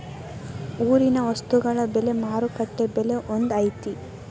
ಊರಿನ ವಸ್ತುಗಳ ಬೆಲೆ ಮಾರುಕಟ್ಟೆ ಬೆಲೆ ಒಂದ್ ಐತಿ?